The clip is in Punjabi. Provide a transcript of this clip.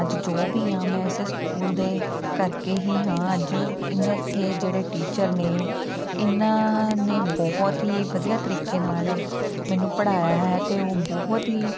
ਅੱਜ ਜੋ ਵੀ ਹਾਂ ਮੈਂ ਇਸ ਸਕੂਲ ਦੇ ਕਰਕੇ ਹੀ ਹਾਂ ਅੱਜ ਇਹਨਾਂ ਦੇ ਜਿਹੜੇ ਟੀਚਰ ਨੇ ਇਹਨਾਂ ਨੇ ਬਹੁਤ ਹੀ ਵਧੀਆ ਤਰੀਕੇ ਨਾਲ ਮੈਨੂੰ ਪੜ੍ਹਾਇਆ ਹੈ ਅਤੇ ਉਹ ਬਹੁਤ ਹੀ